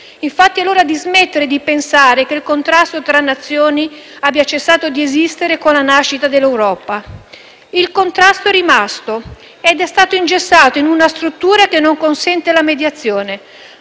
loro. È ora di smettere di pensare, infatti, che il contrasto tra Nazioni abbia cessato di esistere con la nascita dell'Europa. Il contrasto è rimasto ed è stato ingessato in una struttura che non consente la mediazione,